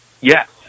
Yes